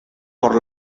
por